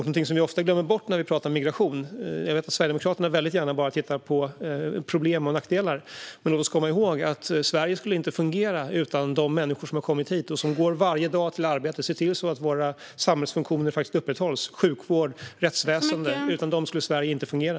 Någonting som vi ofta glömmer bort när vi pratar migration - jag vet att Sverigedemokraterna väldigt gärna bara tittar på problem och nackdelar - är att Sverige inte skulle fungera utan de människor som har kommit hit och som går till arbetet varje dag och ser till att våra samhällsfunktioner som sjukvård och rättsväsen faktiskt upprätthålls. Utan dem skulle Sverige inte fungera.